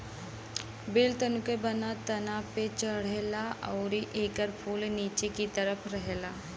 बेल तंतु के बनल तना पे चढ़ेला अउरी एकर फूल निचे की तरफ रहेला